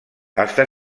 està